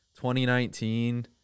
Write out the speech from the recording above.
2019